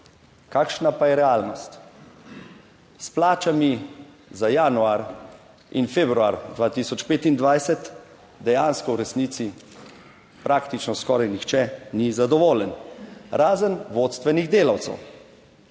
Kakšna pa je realnost? S plačami za januar in februar 2025 dejansko v resnici praktično skoraj nihče ni zadovoljen, razen vodstvenih delavcev.